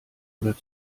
oder